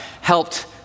helped